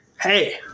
Hey